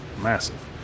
massive